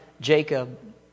Jacob